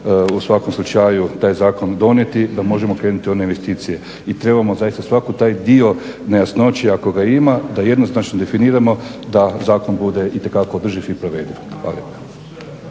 u svakom slučaju taj zakon donijeti da možemo krenuti u one investicije. I trebamo zaista svaki taj dio nejasnoće ako ga ima da jednoznačno definiramo da zakon bude itekako održiv i provediv. Hvala